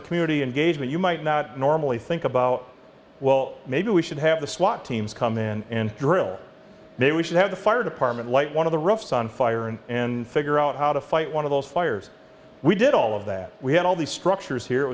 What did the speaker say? of community engagement you might not normally think about well maybe we should have the swat teams come in and drill maybe we should have a fire department light one of the roofs on fire and figure out how to fight one of those fires we did all of that we had all these structures here